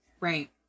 Right